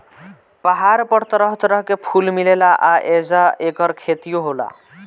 पहाड़ पर तरह तरह के फूल मिलेला आ ऐजा ऐकर खेतियो होला